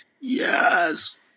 Yes